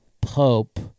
Pope